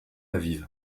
aviv